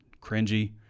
cringy